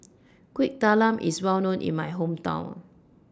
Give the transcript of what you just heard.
Kuih Talam IS Well known in My Hometown